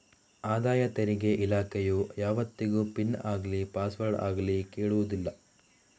ಆದಾಯ ತೆರಿಗೆ ಇಲಾಖೆಯು ಯಾವತ್ತಿಗೂ ಪಿನ್ ಆಗ್ಲಿ ಪಾಸ್ವರ್ಡ್ ಆಗ್ಲಿ ಕೇಳುದಿಲ್ಲ